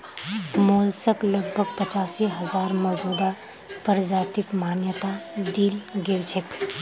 mollusc लगभग पचासी हजार मौजूदा प्रजातिक मान्यता दील गेल छेक